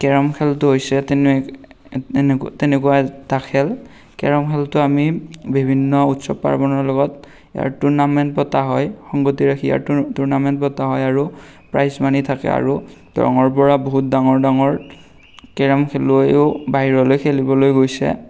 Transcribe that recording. carrom খেলটো হৈছে তেনেকুৱা এটা খেল কেৰম খেলটো আমি বিভিন্ন উৎসৱ পাৰ্বণৰ লগত ইয়াৰ টুৰ্নামেণ্ট পতা হয় সংগতি ৰাখি ইয়াৰ টুৰ্নামেণ্ট পতা হয় আৰু প্ৰাইজমণি থাকে আৰু দৰঙৰ পৰা বহুত ডাঙৰ ডাঙৰ কেৰম খেলুৱৈও বাহিৰলৈ খেলিবলৈ গৈছে